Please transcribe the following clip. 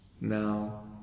Now